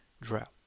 Drought